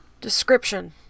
Description